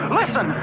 listen